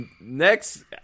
Next